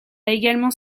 également